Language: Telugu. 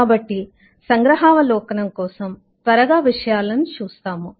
కాబట్టి సంగ్రహావలోకనం కోసం త్వరగా విషయాలను చూస్తాము